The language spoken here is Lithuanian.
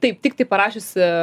taip tiktai parašiusi